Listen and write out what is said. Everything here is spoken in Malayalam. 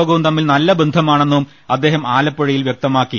യോഗവും തമ്മിൽ നല്ല ബന്ധമാണെന്നും അദ്ദേഹം ആലപ്പുഴയിൽ വൃക്തമാക്കി